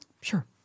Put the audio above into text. Sure